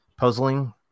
Puzzling